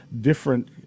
different